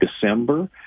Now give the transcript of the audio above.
December